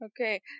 okay